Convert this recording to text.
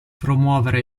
promuovere